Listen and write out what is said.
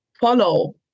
follow